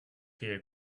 here